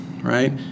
right